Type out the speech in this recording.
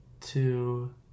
Two